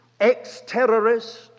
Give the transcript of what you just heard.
ex-terrorist